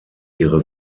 ihre